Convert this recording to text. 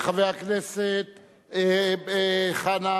חבר הכנסת חנא